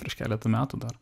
prieš keletą metų dar